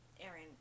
Aaron